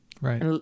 right